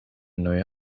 neue